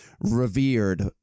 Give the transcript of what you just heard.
revered